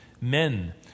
men